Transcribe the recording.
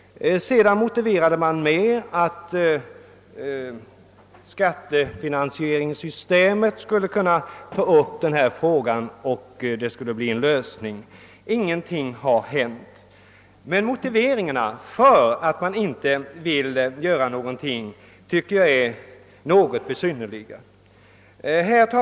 Sedan anförde utskottet som motivering att finansieringssystemet var föremål för överväganden inom socialdepartementet. Ingenting har dock hänt. Motiveringarna för att inte göra någonting nu tycker jag är något besynnerliga.